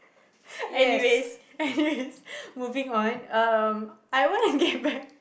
anyways anyways moving on um I want to get back